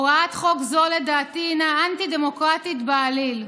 הוראת חוק זו לדעתי הינה אנטי-דמוקרטית בעליל,